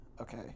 okay